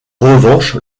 revanche